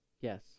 yes